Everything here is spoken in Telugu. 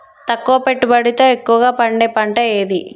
తక్కువ పెట్టుబడితో ఎక్కువగా పండే పంట ఏది?